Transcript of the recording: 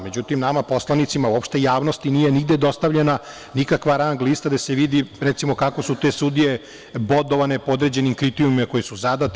Međutim, nama poslanicima i uopšte javnosti nije dostavljena nikakva rang lista gde se vidi recimo kako su te sudije bodovane po određenim kriterijumima koji su zadati.